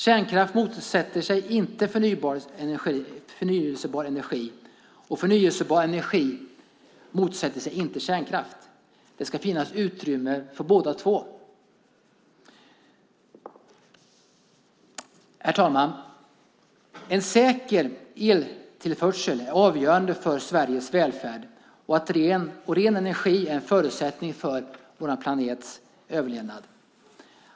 Kärnkraften står inte i motsats till förnybar energi, och förnybar energi står inte i motsats till kärnkraft. Det ska finnas utrymme för båda två. Herr talman! En säker eltillförsel är avgörande för Sveriges välfärd, och ren energi är en förutsättning för vår planets överlevnad.